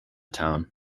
town